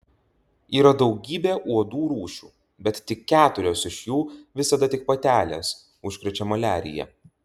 yra daugybė uodų rūšių bet tik keturios iš jų visada tik patelės užkrečia maliarija